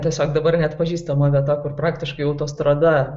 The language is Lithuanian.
tiesiog dabar neatpažįstama vieta kur praktiškai autostrada